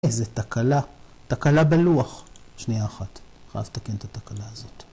‫איזה תקלה, תקלה בלוח. ‫שנייה אחת, חייב לתקן את התקלה הזאת.